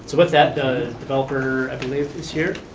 so with that the developer, i believe, is here.